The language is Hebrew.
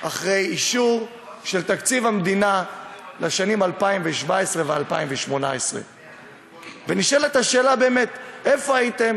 אחרי אישור של תקציב המדינה לשנים 2017 2018. נשאלת השאלה: איפה הייתם